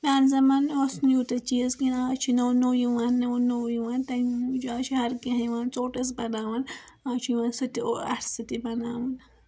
پرانہِ زمانہٕ اوس نہٕ یوتاہ چیز کیٚنٛہہ آز چھُ نوٚو نووٚ یِوان نوٚو نوٚو یِوان تَمہِ موٗجوب آز چھُ ہر کیٚنٛہہ یِوان ژوٚٹ ٲسۍ بناوان ٲز چھُ یِوان سۄ تہِ اتھہٕ سۭتی بَناوُن